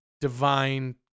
divine